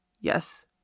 yes